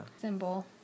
symbol